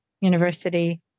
university